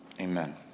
Amen